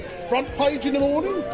front page in the morning,